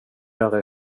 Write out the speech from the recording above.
göra